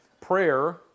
prayer